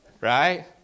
Right